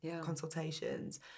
consultations